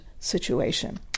situation